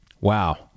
wow